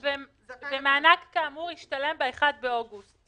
ומענק כאמור ישתלם באחד באוגוסט